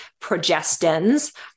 progestins